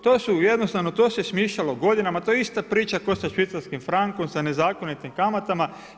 To su jednostavno, to se smišljalo godinama, to je ista priča kao sa švicarskim frankom, sa nezakonitim kamatama.